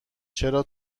چرا